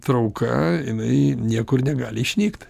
trauka jinai niekur negali išnykt